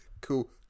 Cool